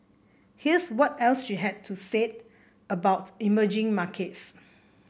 here's what else she had to say about emerging markets